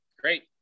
Great